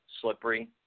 slippery